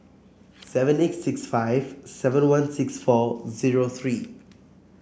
seven eight six five seven one six four zero three